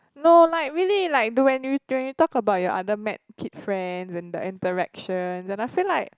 no like really like when you when you talk about your other med kid friend and the interaction I feel like